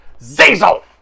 Zazel